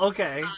Okay